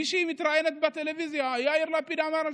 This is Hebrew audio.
מישהי מתראיינת בטלוויזיה: יאיר לפיד אמר,